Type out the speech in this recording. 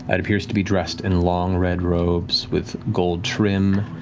it appears to be dressed in long red robes with gold trim.